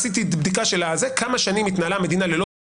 עשיתי בדיקה לגבי כמה שנים התנהלה המדינה בלי